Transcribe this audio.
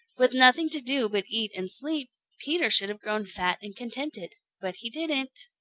with nothing to do but eat and sleep, peter should have grown fat and contented. but he didn't.